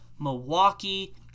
Milwaukee